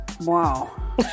Wow